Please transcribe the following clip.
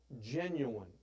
genuine